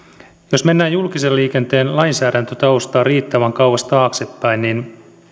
jos mennään julkisen liikenteen lainsäädäntötaustaa riittävän kauas taaksepäin niin